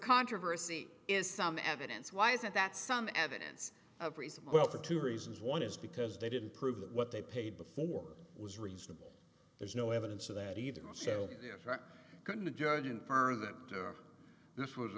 controversy is some evidence why is it that some evidence of reason well for two reasons one is because they didn't prove that what they paid before was reasonable there's no evidence of that either so couldn't the judge infer that this was